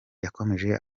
yakomeje